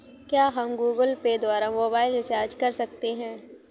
क्या हम Google Pay द्वारा मोबाइल रिचार्ज कर सकते हैं?